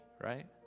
right